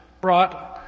brought